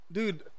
Dude